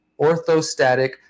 orthostatic